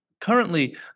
currently